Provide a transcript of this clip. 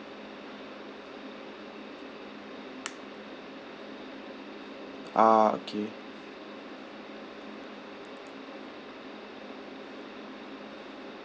ah okay